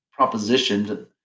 propositioned